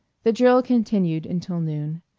the drill continued until noon.